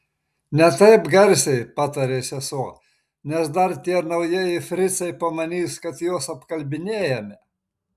ne taip garsiai patarė sesuo nes dar tie naujieji fricai pamanys kad juos apkalbinėjame